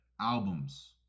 albums